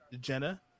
Jenna